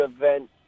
event